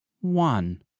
One